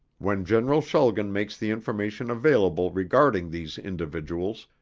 when general schulgen makes the information available regarding these individuals,